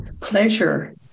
pleasure